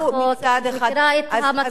אני מכירה את המטרה של החוק.